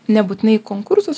nebūtinai į konkursus